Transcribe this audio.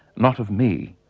not of me.